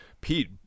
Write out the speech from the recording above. Pete